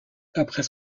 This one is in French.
après